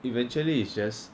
eventually it's just